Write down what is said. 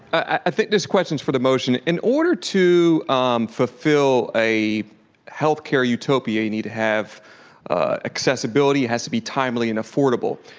i think this question is for the motion. in order to um fulfill a healthcare utopia, you need to have accessibility it has to be timely and affordable.